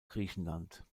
griechenland